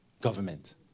government